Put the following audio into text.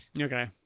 Okay